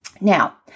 Now